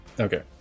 Okay